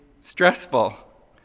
stressful